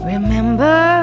Remember